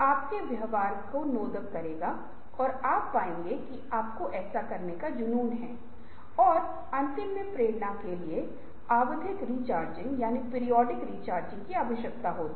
यह वित्त में आवश्यक है ये विपणन में आवश्यक है ये संचालन में आवश्यक है ये एचआर में आवश्यक है और संगठन के सूचना प्रौद्योगिकी क्षेत्रों में भी इसकी आवश्यकता है